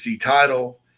title